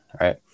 right